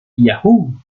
yahoo